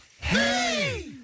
Hey